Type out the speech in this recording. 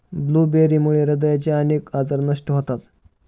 ब्लूबेरीमुळे हृदयाचे अनेक आजार नष्ट होतात